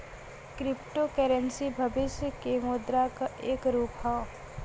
crypto currency भविष्य के मुद्रा क एक रूप हौ